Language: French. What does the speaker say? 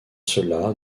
cela